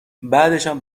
بعدشم